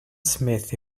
smith